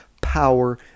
power